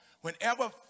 Whenever